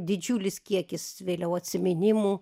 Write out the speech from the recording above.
didžiulis kiekis vėliau atsiminimų